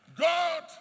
God